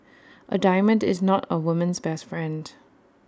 A diamond is not A woman's best friend